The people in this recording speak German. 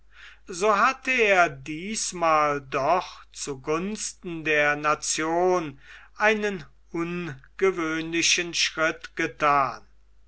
so hatte er diesmal doch zu gunsten der nation einen ungewöhnlichen schritt gethan